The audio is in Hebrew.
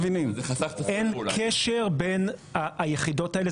אין קשר בין היחידות האלה,